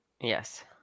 Yes